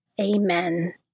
Amen